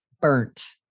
burnt